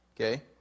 Okay